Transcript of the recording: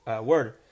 word